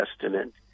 Testament